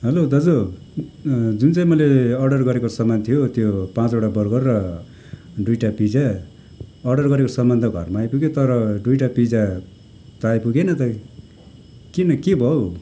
hello दाजु जुन चाहिँ मैले अर्डर गरेको सामान थियो त्यो पाँचवटा बर्गर र दुइटा पिजा अर्डर गरेको सामान त घरमा आइपुग्यो तर दुइटा पिजा त आइपुगेन त किन के भयो हौ